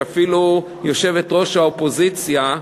שאפילו יושבת-ראש האופוזיציה,